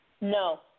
No